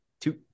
two